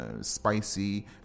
spicy